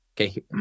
Okay